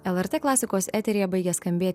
lrt klasikos eteryje baigia skambėti